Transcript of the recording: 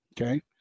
Okay